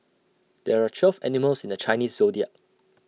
there are twelve animals in the Chinese Zodiac